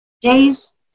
days